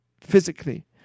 physically